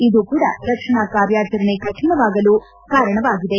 ಇದು ಕೂಡ ರಕ್ಷಣಾ ಕಾರ್ಯಚರಣೆ ಕಠಿಣವಾಗಲು ಕಾರಣವಾಗಿದೆ